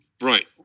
right